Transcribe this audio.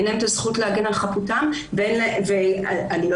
אין להם את הזכות להגן על חפותם ואני לא